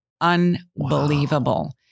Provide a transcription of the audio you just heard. unbelievable